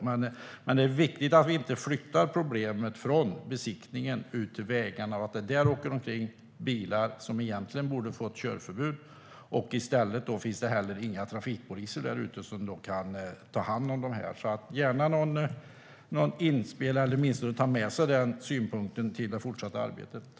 Men det är viktigt att vi inte flyttar problemet från besiktningsstationerna ut till vägarna, så att det där körs bilar som egentligen borde fått körförbud och att det då inte finns några trafikpoliser där ute som kan ta hand om detta. Ta gärna med den synpunkten i det fortsatta arbetet.